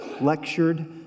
lectured